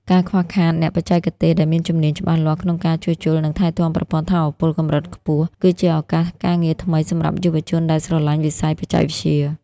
ការខ្វះខាតអ្នកបច្ចេកទេសដែលមានជំនាញច្បាស់លាស់ក្នុងការជួសជុល និងថែទាំប្រព័ន្ធថាមពលកម្រិតខ្ពស់ គឺជាឱកាសការងារថ្មីសម្រាប់យុវជនដែលស្រឡាញ់វិស័យបច្ចេកវិទ្យា។